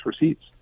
receipts